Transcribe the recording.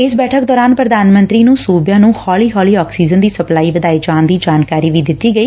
ਇਸ ਬੈਠਕ ਦੌਰਾਨ ਪੁਧਾਨ ਮੰਤਰੀ ਨੂੰ ਸੁਬਿਆਂ ਨੂੰ ਹੌਲੀ ਹੌਲੀ ਆਕਸੀਜਨ ਦੀ ਸਪਲਾਈ ਵਧਾਏ ਜਾਣ ਦੀ ਜਾਣਕਾਰੀ ਦਿੱਤੀ ਗਈ